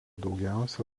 daugiausia